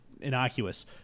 innocuous